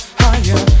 higher